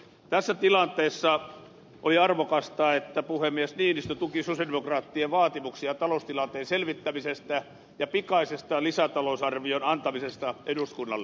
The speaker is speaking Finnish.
tässä tilanteessa oli arvokasta että puhemies niinistö tuki sosialidemokraattien vaatimuksia taloustilanteen selvittämisestä ja lisätalousarvion pikaisesta antamisesta eduskunnalle